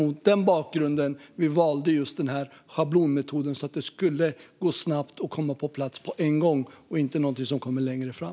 Mot den bakgrunden valde vi just den här schablonmetoden för att det skulle gå snabbt och komma på plats på en gång och inte vara någonting som skulle komma längre fram.